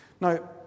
Now